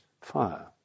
fire